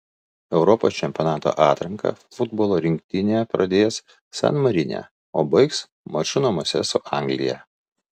europos čempionato atranką futbolo rinktinė pradės san marine o baigs maču namuose su anglija